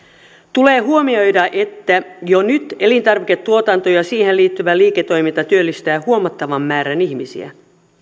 tulee huomioida että jo nyt elintarviketuotanto ja siihen liittyvä liiketoiminta työllistää huomattavan määrän ihmisiä